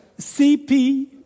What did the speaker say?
CP